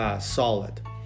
Solid